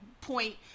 point